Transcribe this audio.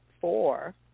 four